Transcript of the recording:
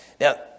Now